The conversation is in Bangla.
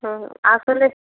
হুম আসলে